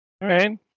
right